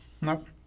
Nope